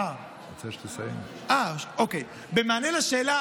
במענה לשאלה